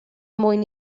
mwyn